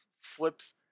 flips